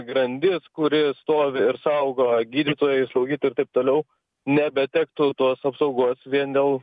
grandis kuri stovi ir saugo gydytojai slaugytojai ir taip toliau nebetektų tos apsaugos vien dėl